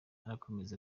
arakomeza